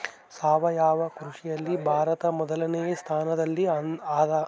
ಸಾವಯವ ಕೃಷಿಯಲ್ಲಿ ಭಾರತ ಮೊದಲನೇ ಸ್ಥಾನದಲ್ಲಿ ಅದ